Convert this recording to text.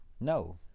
No